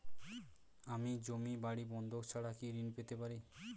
আমি জমি বাড়ি বন্ধক ছাড়া কি ঋণ পেতে পারি?